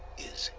is.